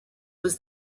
was